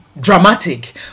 dramatic